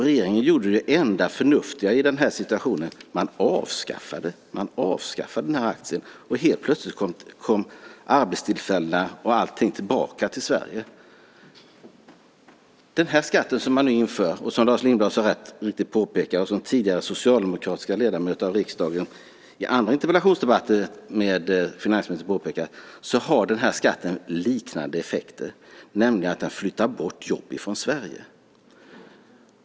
Regeringen gjorde det enda förnuftiga i den situationen, nämligen att avskaffa skatten. Helt plötsligt kom arbetstillfällena och allting tillbaka till Sverige. Den skatt som man nu inför, och som Lars Lindblad så riktigt påpekar, och som tidigare socialdemokratiska ledamöter av riksdagen i andra interpellationsdebatter med finansministern påpekat, har liknande effekter, nämligen att den flyttar bort jobb från Sverige.